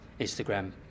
Instagram